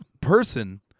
person